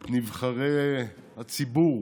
את נבחרי הציבור,